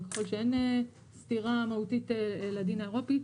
וככל שאין סתירה מהותית לדין האירופי,